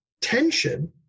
tension